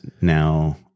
now